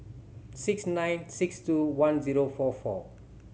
six nine six two one zero four four